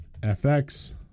FX